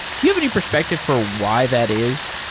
do you have any perspective for why that is?